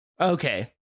Okay